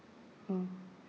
mm